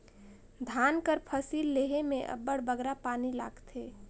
धान कर फसिल लेहे में अब्बड़ बगरा पानी लागथे